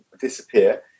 disappear